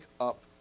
up